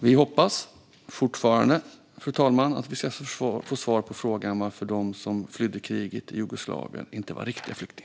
Vi hoppas fortfarande att vi ska få svar på frågan varför de som flydde kriget i Jugoslavien inte var riktiga flyktingar.